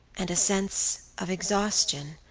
and a sense of exhaustion,